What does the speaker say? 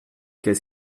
qu’est